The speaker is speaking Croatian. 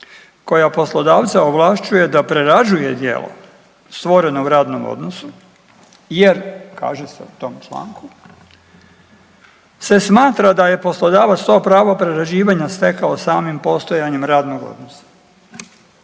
koja poslodavca ovlašćuje da prerađuje djelo stvoreno u radnom odnosu jer, kaže se u tom članku, se smatra da je poslodavac to pravo prerađivanja stekao samim postojanjem radnog odnosa.